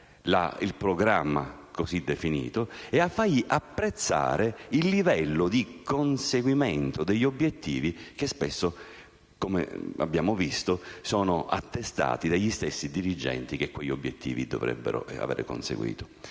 il programma così definito ed il livello di conseguimento degli obiettivi che spesso, come abbiamo visto, è attestato dagli stessi dirigenti che quegli obiettivi dovrebbero aver conseguito.